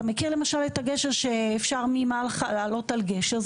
אתה מכיר למשל את הגשר שאפשר ממלחה לעלות על גשר?